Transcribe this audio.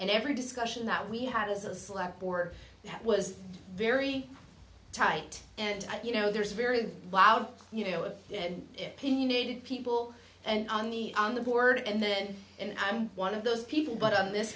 and every discussion that we had as a slab or that was very tight and you know there's very loud you know of good people and on the on the board and then and i'm one of those people but on this